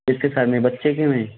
किसके सिर में बच्चे के मेरे